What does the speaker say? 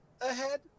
ahead